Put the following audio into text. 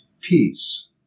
Peace